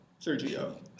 Sergio